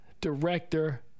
Director